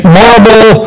marble